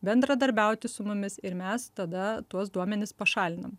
bendradarbiauti su mumis ir mes tada tuos duomenis pašalinam